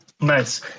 nice